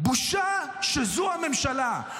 בושה שזו הממשלה.